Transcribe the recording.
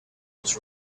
was